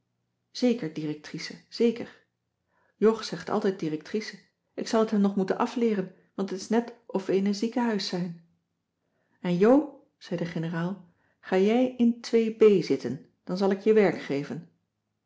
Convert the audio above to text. zeker directrice zeker jog zegt altijd directrice ik zal het hem nog moeten afleeren want het is net of we in een ziekenhuis zijn en jo zei de generaal ga jij in ii b zitten dan zal ik je werk geven